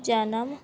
ਜਨਮ